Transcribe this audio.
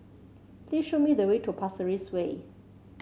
please show me the way to Pasir Ris Way